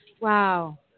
wow